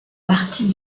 partie